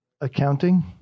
Accounting